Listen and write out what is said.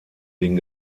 den